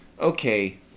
okay